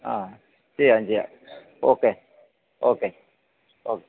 ആ ചെയ്യാം ചെയ്യാം ഓക്കെ ഓക്കെ ഓക്കെ